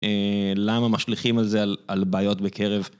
למה משליכים על זה, על בעיות בקרב?